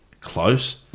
close